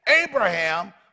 Abraham